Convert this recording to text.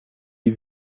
die